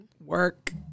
work